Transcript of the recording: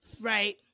right